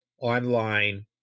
online